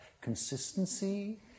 consistency